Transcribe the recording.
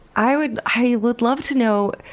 i would i would love to know,